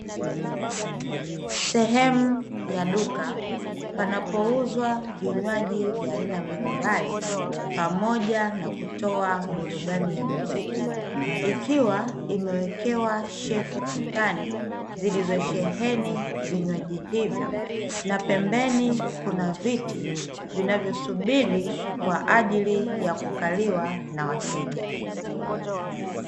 Sehemu ya duka panapouzwa vinywaji vya aina mbalimbali pamoja na kutoa burudani ya muziki, ikiwa imewekewa shelfu ukutani zilizosheheni vinywaji hivyo. Na pembeni kuna viti vinavyosubiri kwa ajili ya kukaliwa na wateja.